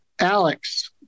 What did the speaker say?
alex